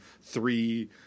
three